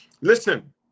Listen